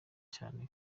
cyane